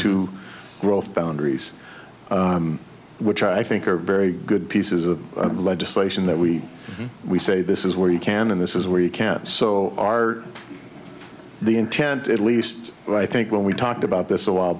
two growth boundaries which i think are very good pieces of legislation that we we say this is where you can and this is where you can so are the intent at least i think when we talked about this a while